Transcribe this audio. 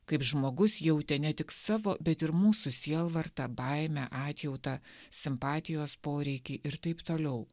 kaip žmogus jautė ne tik savo bet ir mūsų sielvartą baimę atjautą simpatijos poreikį ir taip toliau